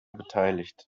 beteiligt